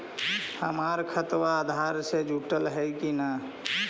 हमर खतबा अधार से जुटल हई कि न?